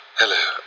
hello